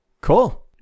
Cool